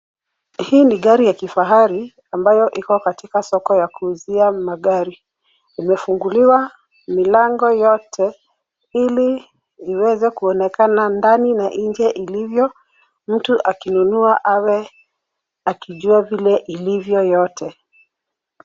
Hii ni gari ya kifahari, ambayo iko katika soko ya kuuzia magari. Imefunguliwa milango yote, ili liweze kuonekana ndani na nje ilivyo, mtu akinunua awe akijua vile ilivyo yote.